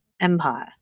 empire